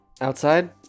outside